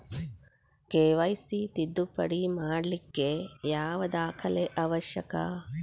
KYC ತಿದ್ದುಪಡಿ ಮಾಡ್ಲಿಕ್ಕೆ ಯಾವ ದಾಖಲೆ ಅವಶ್ಯಕ?